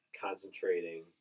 concentrating